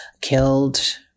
killed